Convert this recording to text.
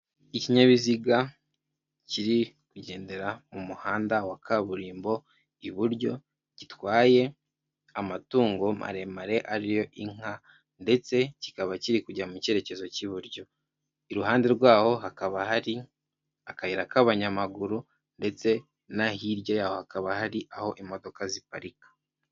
Ikinyabiziga kiri kugendera mu muhanda wa kaburimbo iburyo, gitwaye amatungo maremare ariyo inka ndetse kikaba kiri kujya mu cyerekezo cy'iburyo, iruhande rwaho hakaba hari akayira k'abanyamaguru ndetse no hirya yaho hakaba hari aho imodoka ziparika.